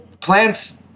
plants